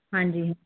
ਹਾਂਜੀ